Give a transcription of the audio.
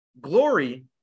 glory